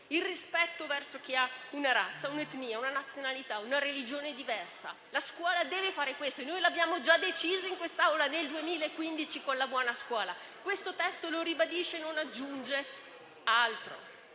sentirsi; verso chi ha una razza, un'etnia, una nazionalità, una religione diverse. La scuola deve insegnare questo e noi l'abbiamo già deciso in quest'Aula nel 2015, con la buona scuola. Questo testo lo ribadisce e non aggiunge altro.